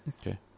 Okay